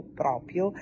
proprio